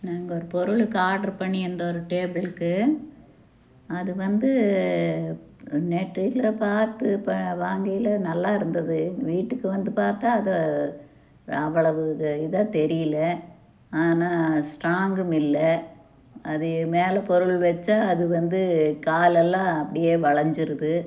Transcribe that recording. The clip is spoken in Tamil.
நாங்கள் ஒரு பொருளுக்கு ஆர்ட்ரு பண்ணியிருந்தோம் ஒரு டேபிள்க்கு அது வந்து நெட்டு இதில் பார்த்து ப வாங்கயில நல்லா இருந்தது வீட்டுக்கு வந்து பார்த்தா அது அவ்வளோவு இது இதாக தெரியல ஆனால் ஸ்ட்ராங்கும் இல்லை அது மேலே பொருள் வச்சா அது வந்து காலெல்லாம் அப்படியே வளஞ்சுடுது